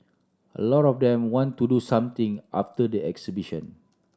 a lot of them want to do something after the exhibition